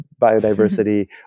biodiversity